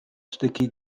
sticky